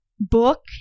Book